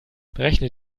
berechne